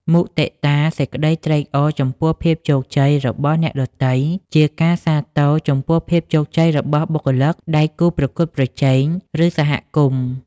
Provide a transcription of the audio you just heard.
មុទិតា សេចក្ដីត្រេកអរចំពោះភាពជោគជ័យរបស់អ្នកដទៃ ជាការសាទរចំពោះភាពជោគជ័យរបស់បុគ្គលិក ដៃគូប្រកួតប្រជែង ឬសហគមន៍។